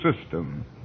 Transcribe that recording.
system